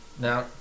Now